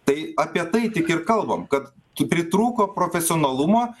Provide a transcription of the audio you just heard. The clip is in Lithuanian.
tai apie tai tik ir kalbam kad pritrūko profesionalumo